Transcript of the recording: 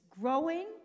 growing